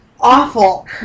awful